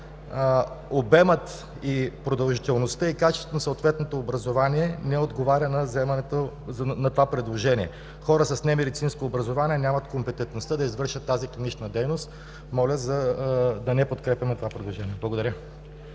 обемът, продължителността и качеството на съответното образование не отговарят за вземането на това предложение. Хора с немедицинско образование нямат компетентността да извършат тази клинична дейност. Моля да не подкрепяме това предложение. Благодаря.